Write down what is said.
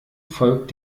folgt